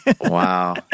Wow